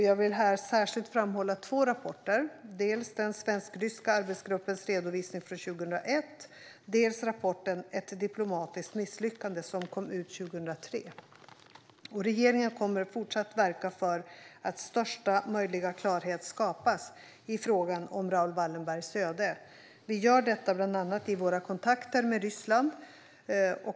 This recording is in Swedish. Jag vill här särskilt framhålla två rapporter, dels den svensk-ryska arbetsgruppens redovisning från 2001, dels rapporten Ett diplomatiskt misslyckande som kom ut 2003. Regeringen kommer att fortsätta verka för att största möjliga klarhet skapas i frågan om Raoul Wallenbergs öde. Vi gör detta bland annat i våra kontakter med Ryssland.